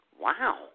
Wow